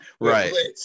right